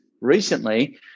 recently